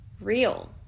real